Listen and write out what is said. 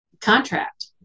contract